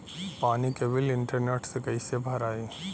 पानी के bill internet से कइसे भराई?